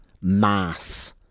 mass